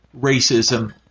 racism